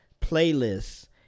playlists